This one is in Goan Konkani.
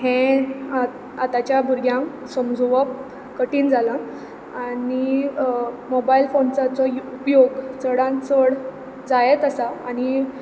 हें आतांच्या भुरग्यांक समजोवप कठीण जालां आनी मोबायल फोन्सांचो उपयोग चडांत चड जायत आसा आनी